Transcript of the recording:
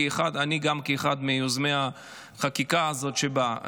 גם אני כאחד מיוזמי החקיקה הזאת שבאה.